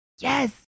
yes